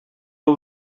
all